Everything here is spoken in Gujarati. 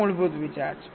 આ મૂળભૂત વિચાર છે